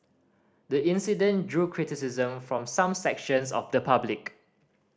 the incident drew criticism from some sections of the public